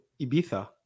Ibiza